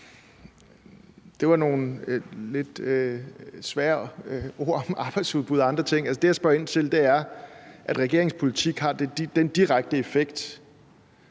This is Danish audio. Det var nogle lidt svære ord om arbejdsudbud og andre ting. Det, jeg spørger ind til, er, at regeringens politik har den direkte effekt,